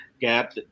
gap